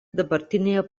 dabartinėje